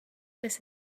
this